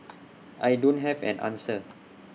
I don't have an answer